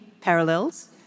parallels